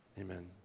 Amen